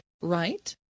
right